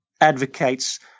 advocates